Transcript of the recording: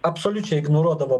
absoliučiai ignoruodavo